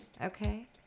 Okay